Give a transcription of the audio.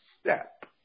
step